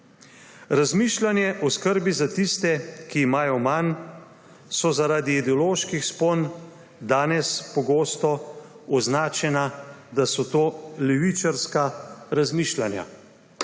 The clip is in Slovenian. Razmišljanja o skrbi za tiste, ki imajo manj, so zaradi ideoloških spon danes pogosto označena, da so to levičarska razmišljanja.